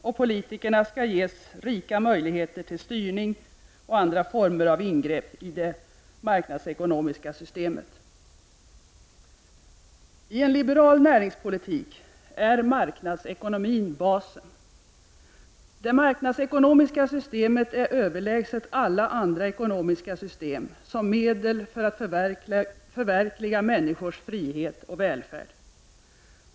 Och politikerna skall ges rika möjligheter till styrning och andra former av ingrepp i det marknadsekonomiska systemet. I en liberal näringspolitik är marknadsekonomin basen. Det marknadsekonomiska systemet är överlägset alla andra ekonomiska system som medel att förverkliga människors frihet och välfärd.